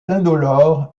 indolore